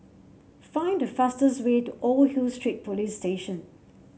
find the fastest way to Old Hill Street Police Station